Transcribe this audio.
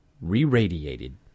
re-radiated